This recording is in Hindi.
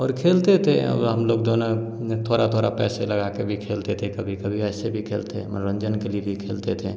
और खेलते थे अब हम लोग दोनों थोड़ा थोड़ा पैसे लगाकर भी खेलते थे कभी कभी ऐसे भी खेलते मनोरंजन के लिए भी खेलते थे